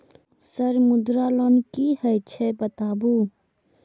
Sir Mudra loan की हे छे बताबू?